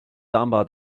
samba